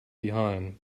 behind